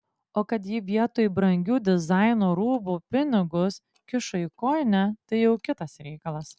o kad ji vietoj brangių dizaino rūbų pinigus kišo į kojinę tai jau kitas reikalas